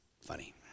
funny